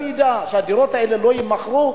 אם הדירות האלה לא יימכרו,